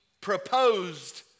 proposed